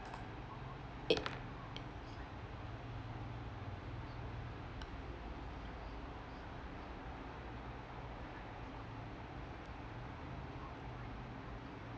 it